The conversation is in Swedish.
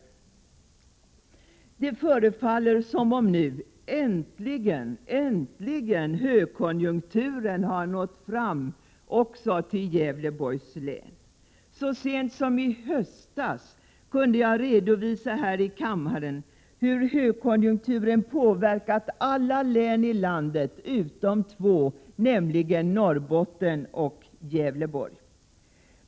Äntligen förefaller högkonjunkturen ha nått också Gävleborgs län. Så sent som i höstas kunde jag här i kammaren redovisa hur högkonjunkturen påverkat alla län i landet utom två, nämligen Norrbottens län och Gävleborgs län.